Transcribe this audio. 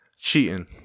cheating